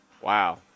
Wow